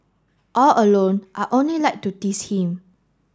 all along I only like to tease him